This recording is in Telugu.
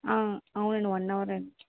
అవునండి వన్ అవరండి